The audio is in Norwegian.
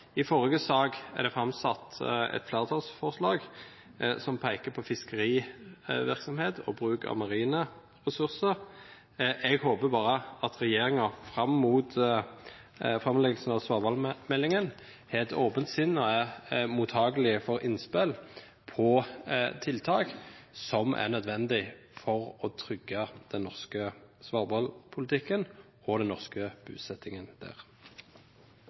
I forrige sak ble det framsatt et flertallsforslag som peker på fiskerivirksomhet og bruk av marine ressurser. Jeg håper bare at regjeringen fram mot framleggelsen av svalbardmeldingen har et åpent sinn og er mottakelig for innspill om tiltak som er nødvendige for å trygge den norske svalbardpolitikken og den norske bosettingen der.